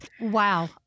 Wow